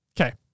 Okay